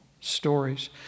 stories